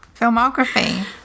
Filmography